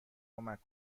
کمک